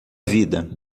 vida